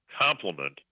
complement